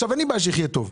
אין לי בעיה שהוא יחיה טוב,